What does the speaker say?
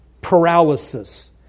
paralysis